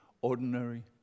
Ordinary